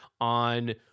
on